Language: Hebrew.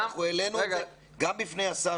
אנחנו העלינו את זה גם בפני השר,